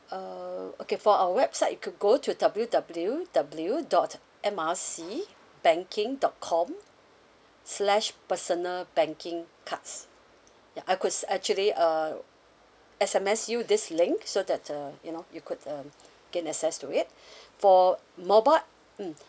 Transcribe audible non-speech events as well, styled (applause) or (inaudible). uh okay for our website you could go to W W W dot M R C banking dot com slash personal banking cards ya I could s~ actually uh S_M_S you this link so that uh you know you could um gain access to it (breath) for mobile mm